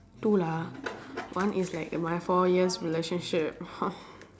two lah one is like my four years relationship